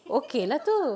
okay lah itu